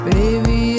Baby